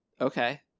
okay